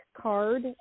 card